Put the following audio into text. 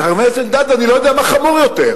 וחבר הכנסת אלדד, אני לא יודע מה חמור יותר: